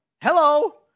hello